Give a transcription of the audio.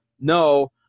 No